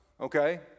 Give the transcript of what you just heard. okay